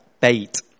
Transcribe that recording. bait